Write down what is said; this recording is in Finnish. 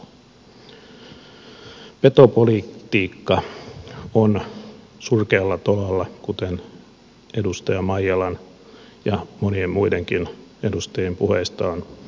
petopolitiikka on surkealla tolalla kuten edustaja maijalan ja monien muidenkin edustajien puheista on käynyt selville